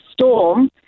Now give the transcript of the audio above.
storm